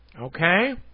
Okay